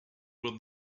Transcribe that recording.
with